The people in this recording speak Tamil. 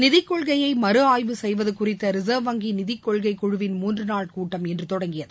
நிதிகொள்கையை மறுஆய்வு செய்வது குறித்த ரிசர்வ் வங்கி நிதிக்கொள்கைக் குழுவின் மூன்று நாள் கூட்டம் இன்று தொடங்கியது